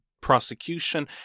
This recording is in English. prosecution